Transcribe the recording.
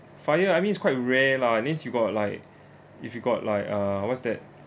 fire I mean it's quite rare lah at least you got like if you got like uh what's that